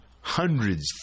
hundreds